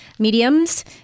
mediums